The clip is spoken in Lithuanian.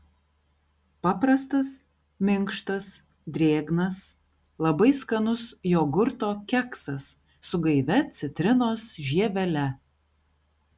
paprastas minkštas drėgnas labai skanus jogurto keksas su gaivia citrinos žievele